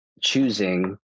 choosing